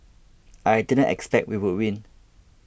I didn't expect we would win